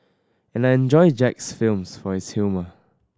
and I enjoy Jack's films for his humour